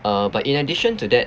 uh but in addition to that